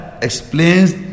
Explains